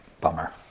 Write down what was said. bummer